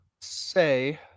say